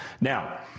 Now